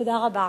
תודה רבה.